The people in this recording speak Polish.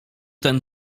ten